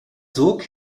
sog